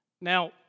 Now